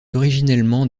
originellement